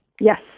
Yes